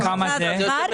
כמה זה יוצא?